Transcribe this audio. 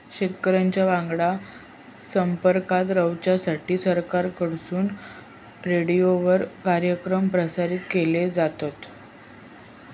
शेतकऱ्यांच्या वांगडा संपर्कात रवाच्यासाठी सरकारकडून रेडीओवर कार्यक्रम प्रसारित केले जातत